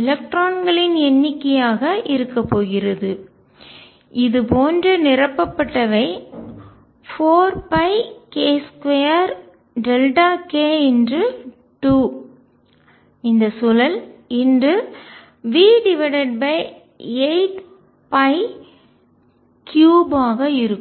எலக்ட்ரான்களின் எண்ணிக்கையாக இருக்கப்போகிறது இது போன்ற நிரப்பப்பட்டவை 4πk2k×2 இந்த சுழல் V83 ஆக இருக்கும்